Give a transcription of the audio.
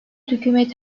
hükümeti